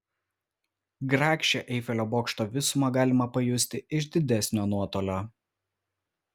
grakščią eifelio bokšto visumą galima pajusti iš didesnio nuotolio